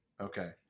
Okay